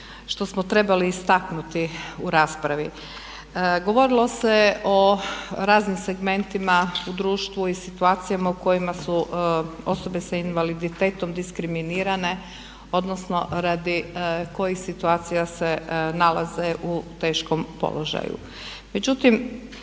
što smo trebali istaknuti u raspravi. Govorilo se o raznim segmentima u društvu i situacijama u kojima su osobe s invaliditetom diskriminirane odnosno radi kojih situacija se nalaze u teškom položaju. Međutim,